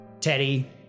Teddy